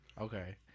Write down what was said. Okay